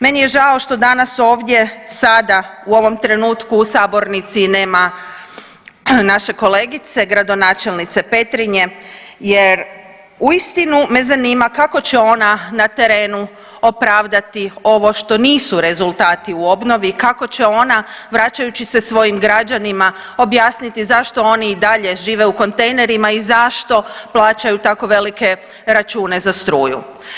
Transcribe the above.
Meni je žao što danas ovdje sada u ovom trenutku u sabornici nema naše kolegice gradonačelnice Petrinje jer uistinu me zanima kako će ona na terenu opravdati ovo što nisu rezultati u obnovi, kako će ona vraćajući se svojim građanima objasniti zašto oni i dalje žive u kontejnerima i zašto plaćaju tako velike račune za struju.